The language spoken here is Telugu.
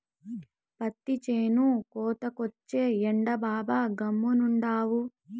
పత్తి చేను కోతకొచ్చే, ఏందబ్బా గమ్మునుండావు